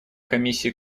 комиссии